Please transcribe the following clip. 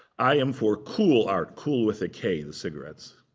i am for kool art. kool with a k, the cigarettes.